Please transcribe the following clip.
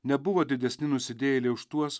nebuvo didesni nusidėjėliai už tuos